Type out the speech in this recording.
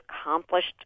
accomplished